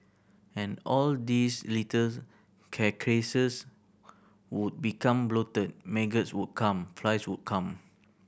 and all these little carcasses would become bloated maggots would come flies would come